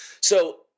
So-